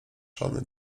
szalone